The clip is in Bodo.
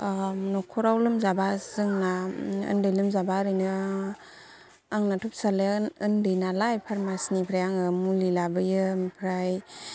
न'खराव लोमजाबा जोंना उन्दै लोमजाबा ओरैनो आंनाथ' फिसाज्लाया उन्दै नालाय फारमाचिनिफ्राय मुलि लाबोयो ओमफ्राय